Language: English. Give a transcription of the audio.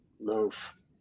loaf